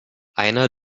einer